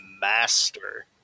Master